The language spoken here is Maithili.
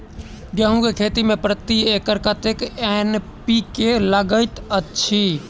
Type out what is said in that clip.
गेंहूँ केँ खेती मे प्रति एकड़ कतेक एन.पी.के लागैत अछि?